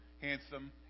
handsome